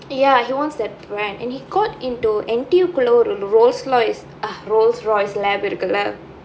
ya he wants that brand and he got into N_T_U உள்ள:ulla Rolls Royce இருக்குள்ள:irukulla